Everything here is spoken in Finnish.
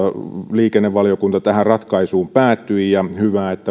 liikennevaliokunta tähän ratkaisuun päätyi ja hyvä että valtiovarainvaliokunta